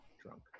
drunk